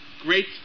great